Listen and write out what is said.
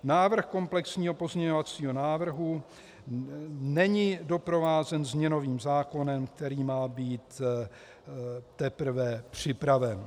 Návrh komplexního pozměňovacího návrhu není doprovázen změnovým zákonem, který má být teprve připraven.